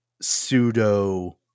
pseudo